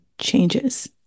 changes